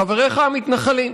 חבריך המתנחלים.